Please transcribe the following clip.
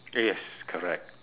okay yes correct